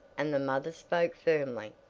and the mother spoke firmly.